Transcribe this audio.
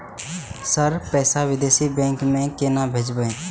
Sir पैसा विदेशी bank में केना भेजबे?